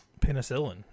penicillin